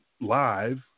live